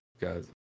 guys